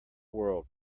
world